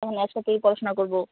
এখন একসাথেই পড়াশুনা করবো